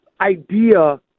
idea